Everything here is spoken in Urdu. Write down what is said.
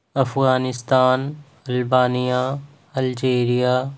افغانستان ب رمانیہ الجیریا